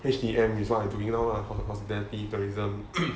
H_T_M is what I'm doing now lah hospitality tourism